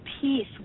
peace